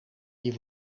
die